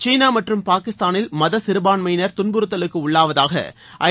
சீனா மற்றும் பாகிஸ்தானில் மத சிறுபான்மையினர் துன்புறுத்தலுக்கு உள்ளாவதாக ஐ